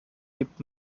gibt